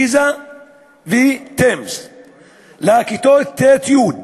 פיז"ה ו-TIMSS לכיתות ט' י',